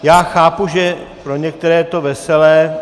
Já chápu, že pro některé je to veselé.